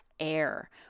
air